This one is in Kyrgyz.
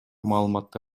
маалыматты